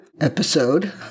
episode